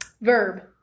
Verb